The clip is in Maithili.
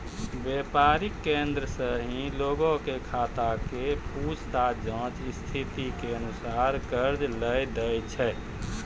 व्यापारिक केन्द्र सेहो लोगो के खाता के पूछताछ जांच स्थिति के अनुसार कर्जा लै दै छै